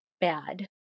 bad